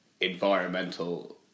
environmental